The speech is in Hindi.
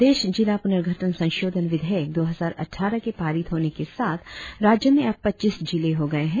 प्रदेश जिला पुनर्गठन संशोधन विधेयक दो हजार अट्ठारह के पारित होने के साथ राज्य में अब पच्चीस जिले हो गये है